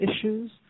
issues